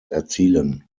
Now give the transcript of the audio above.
erzielen